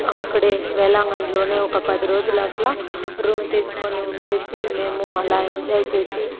అక్కడే వేళాంగణిలోనే ఒక పది రోజుల అట్లా రూమ్ తీసుకొని ఉండేసి మేము అలా ఎంజాయ్ చేసి